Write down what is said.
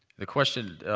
the question,